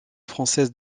française